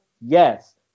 Yes